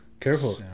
careful